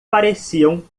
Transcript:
pareciam